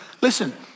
Listen